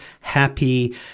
happy